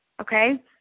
okay